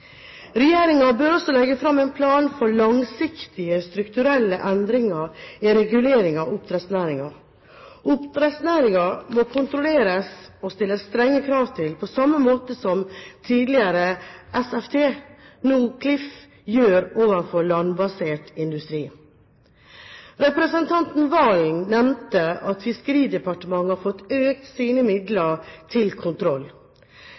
bør også legge fram en plan for langsiktige strukturelle endringer i reguleringen av oppdrettsnæringen. Oppdrettsnæringen må kontrolleres og stilles strenge krav til, på samme måte som tidligere SFT, nå Klif, gjør overfor landbasert industri. Representanten Serigstad Valen nevnte at Fiskeridepartementet har fått økt sine midler til kontroll.